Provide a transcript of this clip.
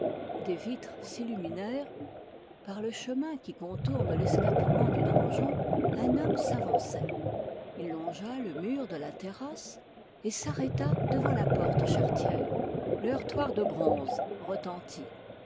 des vitres s'illuminèrent par le chemin qui contourne l'escarpement du donjon un homme s'avançait il longea le mur de la terrasse et s'arrêta devant la porte charretière le heurtoir de bronze retentit